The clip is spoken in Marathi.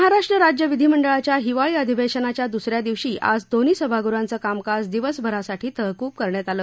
महाराष्ट्र राज्य विधीमंडळाच्या हिवाळी अधिवेशनाच्या दुसऱ्या दिवशी आज दोन्ही सभागृहांचं कामकाज दिवसभरासाठी तहकूब करण्यात आलं